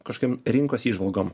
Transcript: kažkokiom rinkos įžvalgom